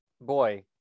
boy